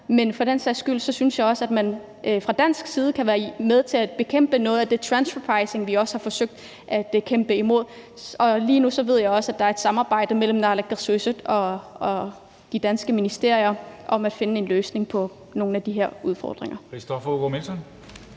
Men for den sags skyld synes jeg også, at man fra dansk side kan være med til at bekæmpe noget af den transfer pricing, som vi også har forsøgt at kæmpe imod, og lige nu ved jeg at der også er et samarbejde mellem naalakkersuisut og de danske ministerier om at finde en løsning på nogle af de her udfordringer.